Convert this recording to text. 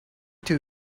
too